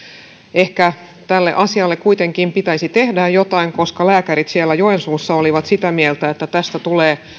ehkä tälle asialle kuitenkin pitäisi tehdä jotain koska lääkärit siellä joensuussa olivat sitä mieltä että tästä tulee